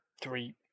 three